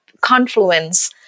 confluence